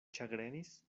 ĉagrenis